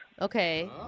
Okay